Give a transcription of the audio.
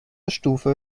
stufe